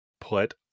put